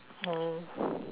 oh